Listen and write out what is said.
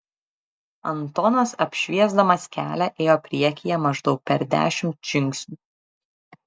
antonas apšviesdamas kelią ėjo priekyje maždaug per dešimt žingsnių